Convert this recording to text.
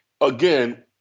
again